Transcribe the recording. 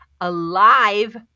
alive